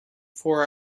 for